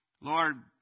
Lord